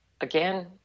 again